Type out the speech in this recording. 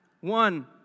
One